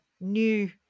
new